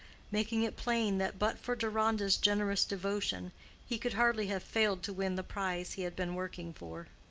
making it plain that but for deronda's generous devotion he could hardly have failed to win the prize he had been working for.